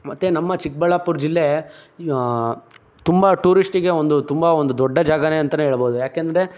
ಮತ್ತೆ ನಮ್ಮ ಚಿಕ್ಕಬಳ್ಳಾಪುರ ಜಿಲ್ಲೆ ತುಂಬ ಟೂರಿಷ್ಟಿಗೆ ಒಂದು ತುಂಬ ಒಂದು ದೊಡ್ಡ ಜಾಗವೇ ಅಂತಲೇ ಹೇಳ್ಬಹುದು ಯಾಕೆಂದರೆ